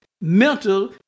mental